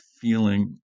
feeling